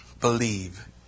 Believe